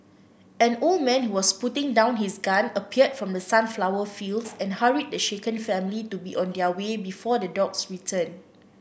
an old man who was putting down his gun appeared from the sunflower fields and hurried the shaken family to be on their way before the dogs return